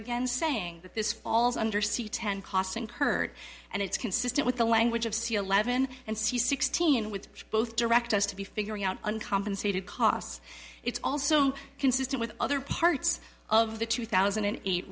again saying that this falls under c ten cost incurred and it's consistent with the language of c eleven and sixteen with both direct us to be figuring out uncompensated costs it's also consistent with other parts of the two thousand and eight